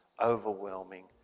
overwhelming